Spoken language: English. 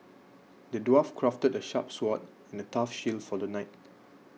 the dwarf crafted a sharp sword and a tough shield for the knight